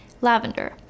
Lavender